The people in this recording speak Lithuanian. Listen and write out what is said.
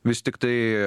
vis tiktai